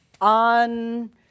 on